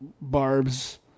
barbs